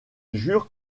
jure